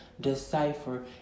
decipher